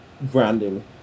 branding